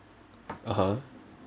(uh huh)